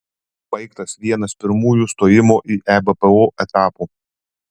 baigtas vienas pirmųjų stojimo į ebpo etapų